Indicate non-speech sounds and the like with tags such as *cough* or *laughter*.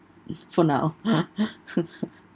mm for now *laughs*